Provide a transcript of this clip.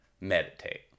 Meditate